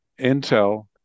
Intel